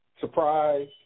Surprise